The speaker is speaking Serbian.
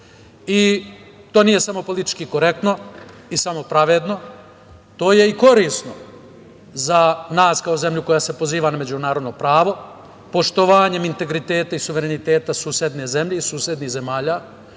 BiH.To nije samo politički korektno i samo pravedno, to je i korisno za nas kao zemlju koja se poziva na međunarodno pravo, poštovanjem integriteta i suvereniteta susedne zemlje i susednih zemalja.